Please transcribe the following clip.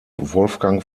wolfgang